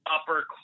upper